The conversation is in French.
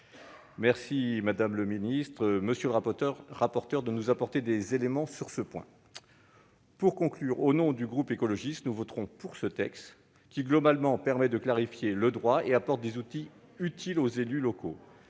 Merci, madame la ministre, monsieur le rapporteur, de nous apporter des éléments sur ce point. Pour conclure mon explication au nom du groupe écologiste, nous voterons pour ce texte qui permet globalement de clarifier le droit et apporte des outils utiles aux élus locaux.